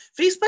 facebook